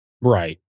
right